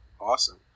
Awesome